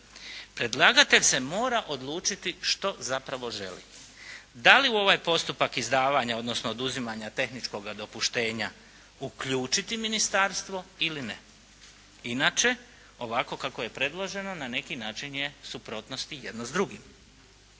Predlagatelj se mora odlučiti što zapravo želi. Da li u ovaj postupak izdavanja, odnosno oduzimanja tehničkoga dopuštenja uključiti ministarstvo ili ne. Inače, ovako kako je predloženo, na neki način je u suprotnosti jedno s drugim.